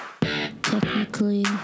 technically